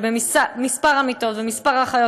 מספר המיטות ומספר האחיות,